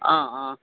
অঁ অঁ